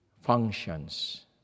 functions